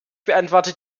beantworte